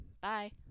bye